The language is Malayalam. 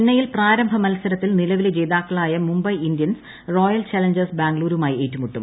ചെന്നൈയിൽ പ്രാരംഭ മീ്സരത്തിൽ നിലവിലെ ജേതാക്കളായ മുംബൈ ഇന്ത്യൻസ് റോയൽ ചലഞ്ചേഴ്സ് ബാംഗ്ലൂരുമായി ഏറ്റുമുട്ടും